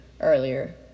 earlier